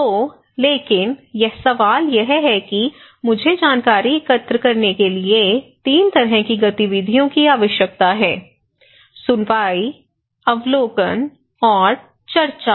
तो लेकिन सवाल यह है कि मुझे जानकारी एकत्र करने के लिए 3 तरह की गतिविधियों की आवश्यकता है सुनवाई अवलोकन और चर्चा